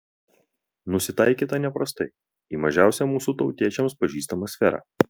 nusitaikyta neprastai į mažiausią mūsų tautiečiams pažįstamą sferą